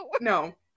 No